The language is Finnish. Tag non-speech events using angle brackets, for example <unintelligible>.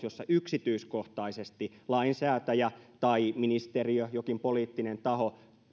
<unintelligible> jossa yksityiskohtaisesti lainsäätäjä tai ministeriö tai jokin poliittinen taho